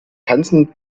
hansen